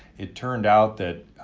it turned out that,